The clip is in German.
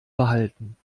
behalten